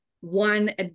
one